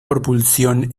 propulsión